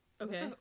okay